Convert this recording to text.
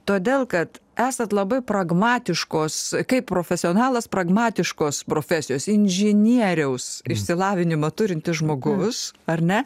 todėl kad esat labai pragmatiškos kaip profesionalas pragmatiškos profesijos inžinieriaus išsilavinimą turintis žmogus ar ne